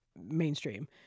mainstream